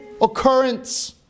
occurrence